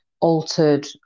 altered